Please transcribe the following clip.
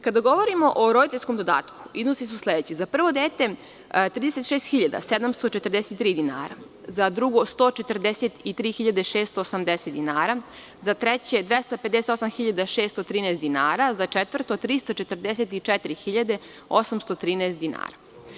Kada govorimo o roditeljskom dodatku, iznosi su sledeći: za prvo dete 36.743 dinara, za drugo 143.680 dinara, za treće 258.613 dinara, za četvrto 344.813 dinara.